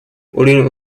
уровень